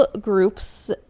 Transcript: groups